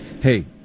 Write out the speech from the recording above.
Hey